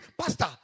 Pastor